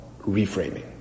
reframing